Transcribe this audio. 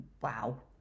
Wow